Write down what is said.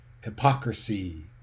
hypocrisy